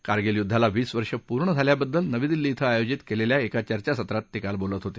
कारगील युद्धाला वीस वर्ष पूर्ण झाल्याबद्दल नवी दिल्ली इथं आयोजित केलेल्या एका चर्चासत्रात ते काल बोलत होते